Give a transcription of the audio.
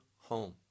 home